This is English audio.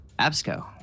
Absco